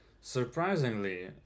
surprisingly